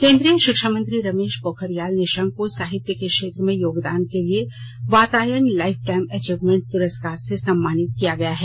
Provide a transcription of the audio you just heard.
केन्द्रीय शिक्षा मंत्री रमेश पोखरियाल निशंक को साहित्य के क्षेत्र में योगदान के लिए वातायन लाइफटाइम एचीवमेंट पुरस्कार से सम्मानित किया गया है